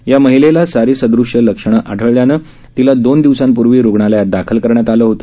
या महिलेला सारी सदृश लक्षणे आढळल्याने तिला दोन दिवसापूर्वी रुग्णालयात दाखल करण्यात आले होते